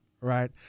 right